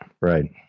Right